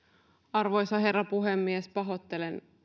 arvoisa herra puhemies pahoittelen